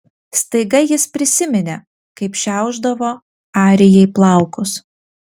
staiga jis prisiminė kaip šiaušdavo arijai plaukus